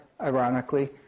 ironically